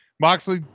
Moxley